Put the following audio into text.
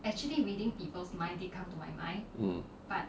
mm